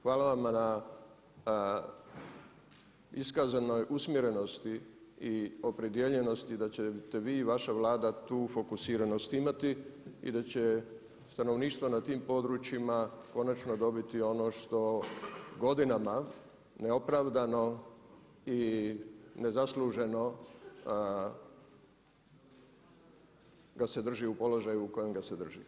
Hvala vam na iskazanoj usmjerenosti i opredijeljenosti da ćete vi i vaša Vlada tu fokusiranost imati i da će stanovništvo na tim područjima konačno dobiti ono što godinama neopravdano i nezasluženo ga se drži u položaju u kojem ga se drži.